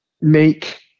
make